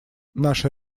наше